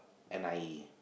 N_I_E